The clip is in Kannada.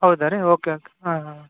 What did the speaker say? ಹೌದ ರೀ ಓಕೆ ಓಕೆ ಹಾಂ ಹಾಂ